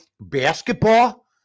basketball